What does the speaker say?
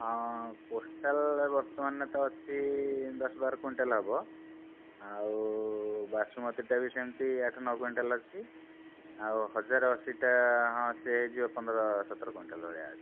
ହଁ କୋଷ୍ଟାଲ ଏ ବର୍ତ୍ତମାନ ତ ଅଛି ଦଶ ବାର କୁଇଣ୍ଟାଲ ହେବ ଆଉ ବାସୁମତିଟା ବି ସେମିତି ଆଠ ନଅ କୁଇଣ୍ଟାଲ ଅଛି ଆଉ ହଜାରେ ଅଶୀଟା ହଁ ସିଏ ବି ପନ୍ଦର ସତର କୁଇଣ୍ଟାଲ ଭଳିଆ ଅଛି